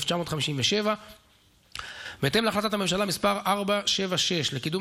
התשי"ח 1957. בהתאם להחלטת הממשלה מס' 476 לקידום